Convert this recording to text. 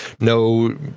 no